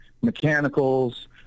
mechanicals